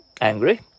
angry